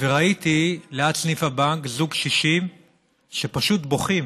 וראיתי ליד סניף הבנק זוג קשישים שפשוט בוכים